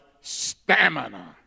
stamina